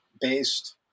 based